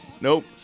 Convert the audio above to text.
Nope